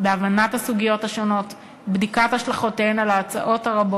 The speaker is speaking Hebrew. בהבנת הסוגיות השונות ובבדיקת השלכותיהן של ההצעות הרבות,